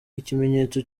ikimenyetso